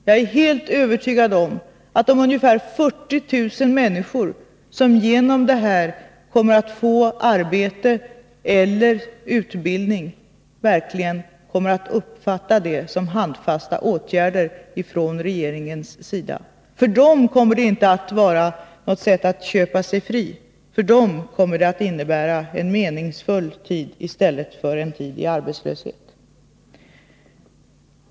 Jag är helt övertygad om att de 40 000 människor som genom detta kommer att få arbete eller utbildning verkligen uppfattar det som handfasta åtgärder från regeringens sida. För dem kommer det inte att vara ett sätt att köpa sig fri — för dem kommer det att innebära en meningsfull tid i stället för en tid i arbetslöshet.